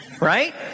right